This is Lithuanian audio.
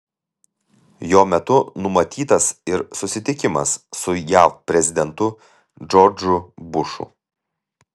jo metu numatytas ir susitikimas su jav prezidentu džordžu bušu